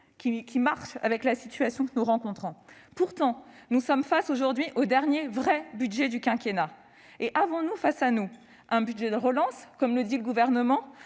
qui « marche » dans la situation que nous vivons. Pourtant, nous sommes aujourd'hui face au dernier « vrai » budget du quinquennat. Avons-nous devant nous un budget de relance, comme le dit le Gouvernement,